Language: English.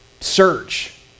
search